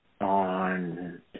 on